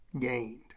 gained